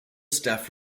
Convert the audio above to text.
staff